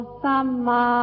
samma